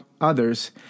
others